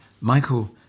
Michael